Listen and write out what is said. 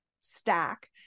stack